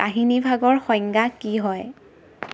কাহিনীভাগৰ সংজ্ঞা কি হয়